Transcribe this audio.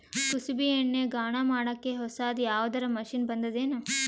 ಕುಸುಬಿ ಎಣ್ಣೆ ಗಾಣಾ ಮಾಡಕ್ಕೆ ಹೊಸಾದ ಯಾವುದರ ಮಷಿನ್ ಬಂದದೆನು?